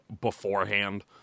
beforehand